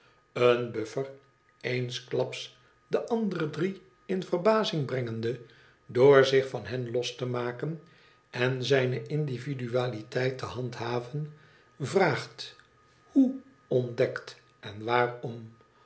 een buffer eensklaps de andere drie in verbazing brengende door zich van hen los te maken en zijne individualiteit te handhaven vraagt hoe ontdekt en waarom